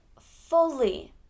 fully